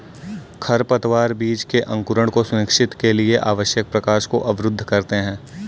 खरपतवार बीज के अंकुरण को सुनिश्चित के लिए आवश्यक प्रकाश को अवरुद्ध करते है